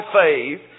faith